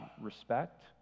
respect